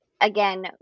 again